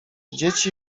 dzieci